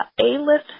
A-list